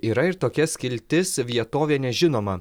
yra ir tokia skiltis vietovė nežinoma